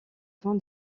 fin